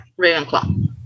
Ravenclaw